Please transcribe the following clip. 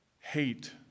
hate